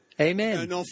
Amen